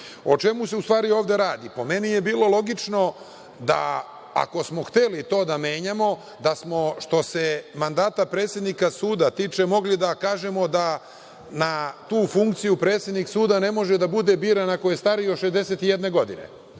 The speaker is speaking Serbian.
čemu se u stvari ovde radi? Po meni je bilo logično, ako smo hteli to da menjamo, da smo što se mandata predsednika suda tiče, mogli da kažemo da na tu funkciju predsednik suda ne može da bude biran ako je stariji od 61 godine